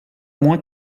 moins